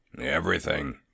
Everything